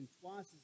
twice